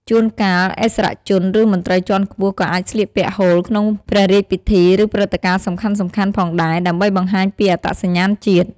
ជួនកាលឥស្សរជន ឬមន្ត្រីជាន់ខ្ពស់ក៏អាចស្លៀកពាក់ហូលក្នុងព្រះរាជពិធី ឬព្រឹត្តិការណ៍សំខាន់ៗផងដែរ ដើម្បីបង្ហាញពីអត្តសញ្ញាណជាតិ។